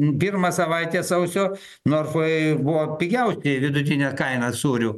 pirmą savaitę sausio norfoj buvo pigiausi vidutinė kaina sūrių